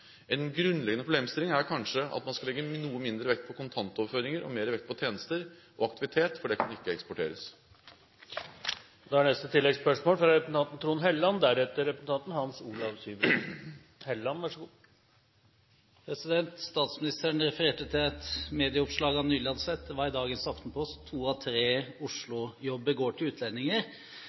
En grunnleggende problemstilling er kanskje at man skal legge noe mindre vekt på kontantoverføringer og mer vekt på tjenester og aktivitet, for det kan ikke eksporteres. Trond Helleland – til oppfølgingsspørsmål. Statsministeren refererte til et medieoppslag han nylig hadde sett. Det var i Aftenposten i dag. «2 av 3 nye Oslo-jobber vil gå til utlendinger»,